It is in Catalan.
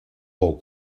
fou